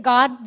God